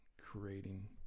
creating